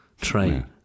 train